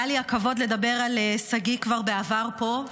היה לי הכבוד לדבר על שגיא כבר בעבר פה,